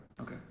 Okay